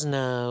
no